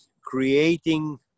creating